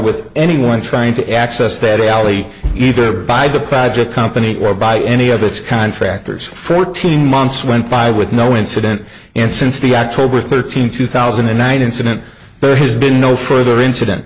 with anyone trying to access that alley either by the project company or by any of its contractors fourteen months went by with no incident and since the act tobar thirteen two thousand and nine incident there has been no further incident